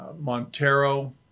Montero